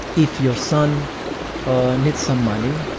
if your son needs some money,